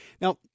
now